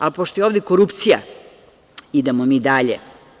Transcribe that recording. Ali, pošto je ovde korupcija, idemo mi dalje.